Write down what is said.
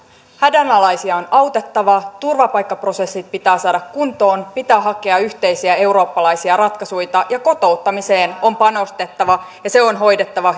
hädänalaisia on autettava turvapaikkaprosessit pitää saada kuntoon pitää hakea yhteisiä eurooppalaisia ratkaisuita kotouttamiseen on panostettava ja se on hoidettava